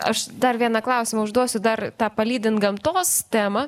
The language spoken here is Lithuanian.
aš dar vieną klausimą užduosiu dar tą palydint gamtos temą